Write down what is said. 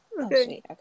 Okay